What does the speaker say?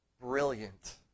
brilliant